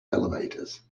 elevators